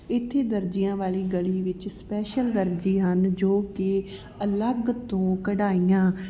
ਇੱਥੇ ਦਰਜੀਆਂ ਵਾਲੀ ਗਲੀ ਵਿੱਚ ਸਪੈਸ਼ਲ ਦਰਜੀ ਹਨ ਜੋ ਕਿ ਅਲੱਗ ਤੋਂ ਕਢਾਈਆਂ